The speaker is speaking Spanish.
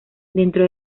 dentro